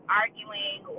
arguing